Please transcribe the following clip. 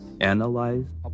analyzed